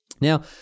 Now